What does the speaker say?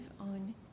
on